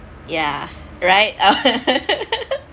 yeah right